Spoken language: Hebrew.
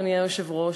אדוני היושב-ראש,